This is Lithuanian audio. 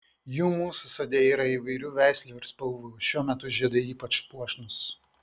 jų mūsų sode yra įvairių veislių ir spalvų šiuo metu žiedai ypač puošnūs